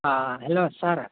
हेल' सार